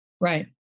Right